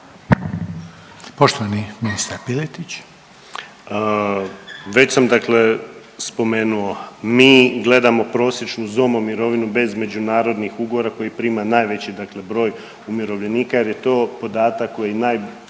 Poštovani ministar Piletić.